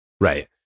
right